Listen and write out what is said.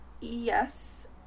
Yes